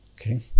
Okay